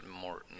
more